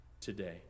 today